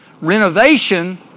Renovation